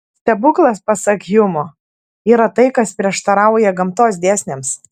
stebuklas pasak hjumo yra tai kas prieštarauja gamtos dėsniams